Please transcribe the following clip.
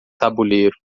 tabuleiro